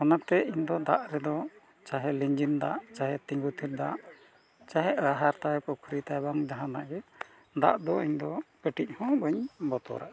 ᱚᱱᱟᱛᱮ ᱤᱧᱫᱚ ᱫᱟᱜ ᱨᱮᱫᱚ ᱪᱟᱦᱮ ᱞᱤᱸᱡᱤᱱ ᱫᱟᱜ ᱪᱟᱦᱮ ᱛᱤᱸᱜᱩ ᱛᱷᱤᱨ ᱫᱟᱜ ᱪᱟᱦᱮ ᱟᱦᱟᱨ ᱛᱟᱦᱮᱸ ᱯᱩᱠᱷᱨᱤ ᱛᱟᱦᱮᱸ ᱵᱟᱝ ᱡᱟᱦᱟᱱᱟᱜ ᱜᱮ ᱫᱟᱜ ᱫᱚ ᱤᱧᱫᱚ ᱠᱟᱹᱴᱤᱡ ᱦᱚᱸ ᱵᱟᱹᱧ ᱵᱚᱛᱚᱨᱟᱜᱼᱟ